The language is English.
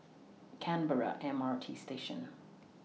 Canberra M R T Station